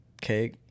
cake